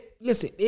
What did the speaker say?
listen